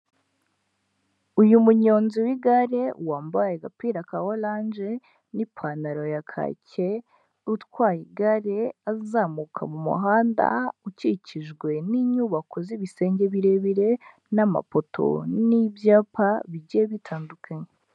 Uyu munyonzi w'igare wambaye agapira ka oranje n'ipantaro ya kake, utwaye igare, azamuka mu muhanda ukikijwe n'inyubako z'ibisenge birebire n'amapoto n'ibyapa bigiye bitandukanye.